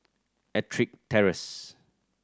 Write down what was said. Ettrick Terrace